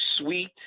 sweet